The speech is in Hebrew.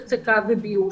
הצקה וביוש.